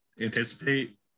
anticipate